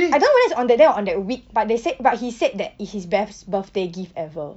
I don't know whether is on that day or on that week but they said but he said that it's his best birthday gift ever